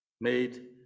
made